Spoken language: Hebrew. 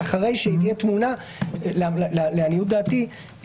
לעניות דעתי,